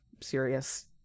serious